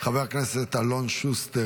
חבר הכנסת אלון שוסטר,